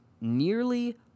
nearly